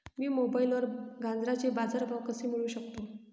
मी मोबाईलवर गाजराचे बाजार भाव कसे मिळवू शकतो?